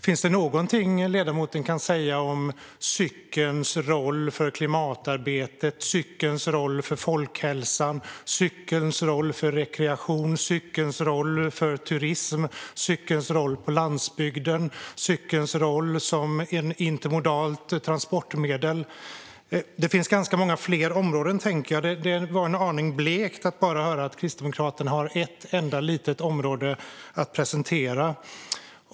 Finns det något ledamoten kan säga om cykelns roll för klimatarbetet, cykelns roll för folkhälsan, cykelns roll för rekreation, cykelns roll för turism, cykelns roll på landsbygden och cykelns roll som ett intermodalt transportmedel? Det finns ganska många fler områden, tänker jag. Det var en aning blekt att höra att Kristdemokraterna bara har ett enda litet område att presentera.